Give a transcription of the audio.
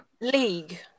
League